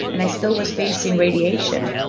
and i still was facing radiation,